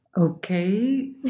Okay